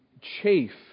chafe